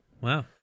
Wow